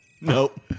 Nope